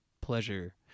pleasure